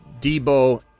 Debo